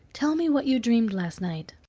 tell me what you dreamed last night.